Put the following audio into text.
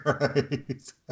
Right